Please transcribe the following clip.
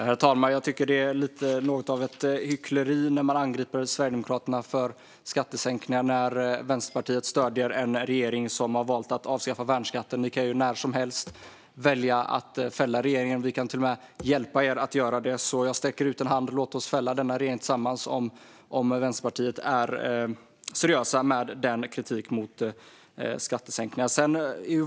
Herr talman! Jag tycker att det är lite hyckleri att angripa Sverigedemokraterna för skattesänkningar samtidigt som Vänsterpartiet stöder en regering som har valt att avskaffa värnskatten. Ni kan när som helst välja att fälla regeringen, Ulla Andersson, och vi kan till och med hjälpa er att göra det. Jag sträcker därför ut en hand: Låt oss fälla denna regering tillsammans, om Vänsterpartiet nu är seriösa med sin kritik mot skattesänkningarna!